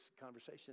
conversation